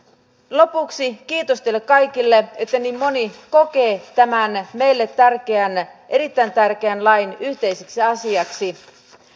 lopuksi kiitos teille kaikille että niin moni kokee tämän meille erittäin tärkeän lain yhteiseksi asiaksi